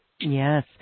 Yes